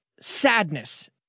Sadness